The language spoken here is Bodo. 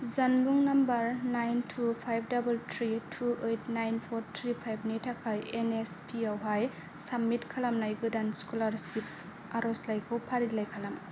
जानबुं number nine two five double three two eight nine four three five नि थाखाय एन एस पि आवहाइ साबमिट खालामनाय गोदान स्कलारशिप आरजलाइखौ फारिलाइ खालाम